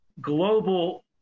global